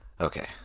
Okay